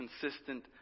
consistent